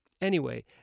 Anyway